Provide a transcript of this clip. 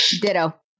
Ditto